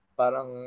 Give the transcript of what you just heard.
parang